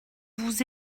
vous